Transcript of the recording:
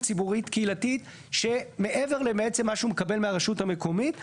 ציבורית קהילתית שבעצם מעבר למה שהוא מקבל מהרשות המקומית.